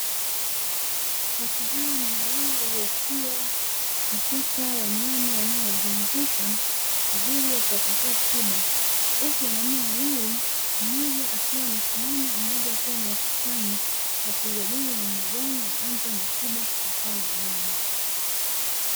Wataalamu wawili wakiwa katika wanyama wanaowazunguka kwa ajili ya kuwapatia tiba, huku wanaume wawili mmoja akiwa amesimama mmoja akiwa amewakusanya wakijadili namna gani waanze na tiba kwa hao wanyama.